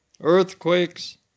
earthquakes